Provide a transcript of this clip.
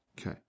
Okay